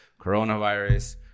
coronavirus